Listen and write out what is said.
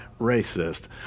racist